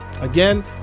Again